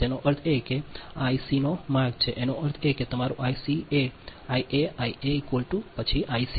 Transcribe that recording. તેનો અર્થ એ કે આ આઈસીનો માર્ગ છે તેનો અર્થ એ કે તમારું આઈસી કે આઇએ આઇએ પછી આઇસી